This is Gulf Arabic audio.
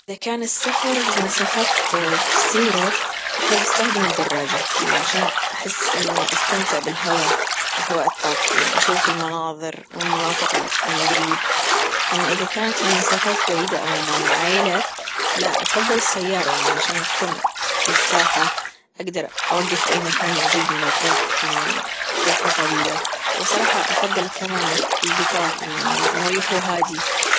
إذا كان السفر لمسافات قصيرة أحب أستخدم الدراجة يعني عشان أحس إنه أستمتع بالهوا الهواء الطلق يعني أشوف المناظر والمناطق عن جريب أما إذا كانت يعني مسافات بعيدة أو مع العيلة لا أفضل السيارة يعني عشان تكون مرتاحة أجدر أوجف في أي مكان يعجبني لو كانت تشذي رحلة طويلة فبصراحة أفضل كمان الجطار لانه مريح وهادي.